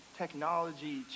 Technology